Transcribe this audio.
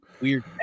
weird